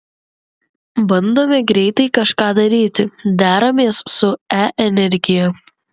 bandome greitai kažką daryti deramės su e energija